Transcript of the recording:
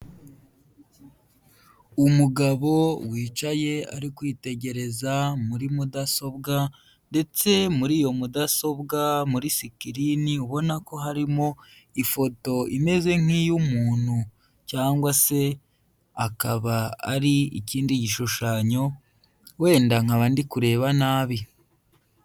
Umugabo wicaye ari kwitegereza muri mudasobwa ndetse muri iyo mudasobwa muri sikirini ubona ko harimo ifoto imeze nk'iy'umuntu cyangwa se akaba ari ikindi gishushanyo wenda nkaba ndi kureba nabi.